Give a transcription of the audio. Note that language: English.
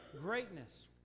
greatness